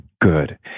Good